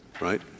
right